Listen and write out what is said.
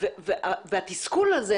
התסכול הזה,